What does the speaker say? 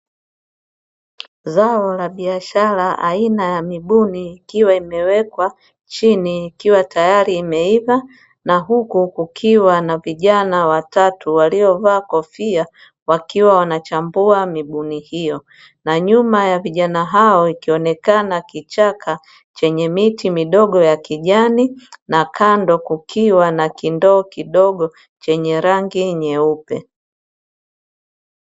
Zao la biashara aina ya migumi ikiwa imewekwa chini ikiwa tayari imeivaa na huku kukiwa na vijana watatu waliovaa kofia, wakiwa wanachambua migumi hio, na nyuma ya vijana hao ikionekana kichaka chenye miti midogo ya kijani na kando kukiwa na kindoo kidogo chenye rangi nyeupe.